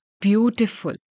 beautiful